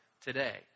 today